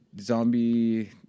Zombie